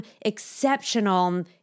exceptional